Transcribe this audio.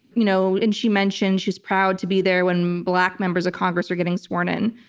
you know, and she mentioned she's proud to be there when black members of congress are getting sworn in.